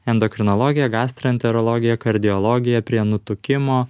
endokrinologija gastroenterologija kardiologija prie nutukimo